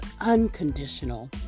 unconditional